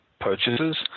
purchases